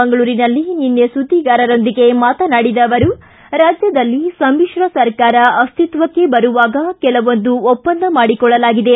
ಮಂಗಳೂರಿನಲ್ಲಿ ನಿನ್ನೆ ಸುದ್ಲಿಗಾರರೊಂದಿಗೆ ಮಾತನಾಡಿದ ಅವರು ರಾಜ್ಯದಲ್ಲಿ ಸಮಿತ್ರ ಸರ್ಕಾರ ಅಸ್ತಿತ್ತಕ್ಷೆ ಬರುವಾಗ ಕೆಲವೊಂದು ಒಪ್ಪಂದ ಮಾಡಿ ಕೊಳ್ಳಲಾಗಿದೆ